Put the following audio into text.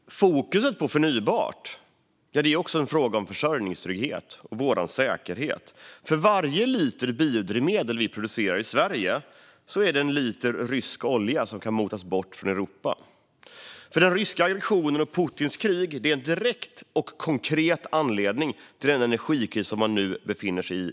Fokuset på förnybart är alltså även en fråga om vår försörjningstrygghet och säkerhet. För varje liter biodrivmedel vi producerar i Sverige kan en liter rysk olja motas bort från Europa. Den ryska aggressionen och Putins krig är en direkt och konkret anledning till den energikris som Europa nu befinner sig i.